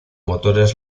motores